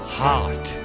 heart